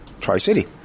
Tri-City